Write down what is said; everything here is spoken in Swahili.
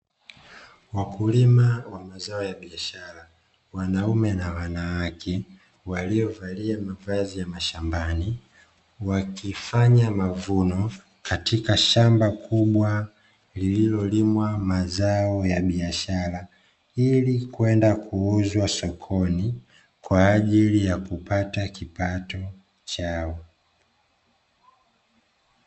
Wakulima wa mazao ya biashara wanaume na wanawake walio valia mavazi ya mashambani, wakifanya mavuno katika shamba kubwa lililolimwa mazao ya biashara ili kwenda kuuzwa sokoni kwa ajili ya kupata kipato chao.